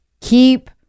Keep